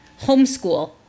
homeschool